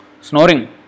snoring